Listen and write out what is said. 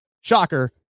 shocker